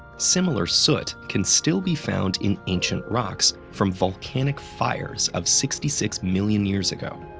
similar soot can still be found in ancient rocks from volcanic fires of sixty six million years ago,